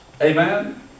Amen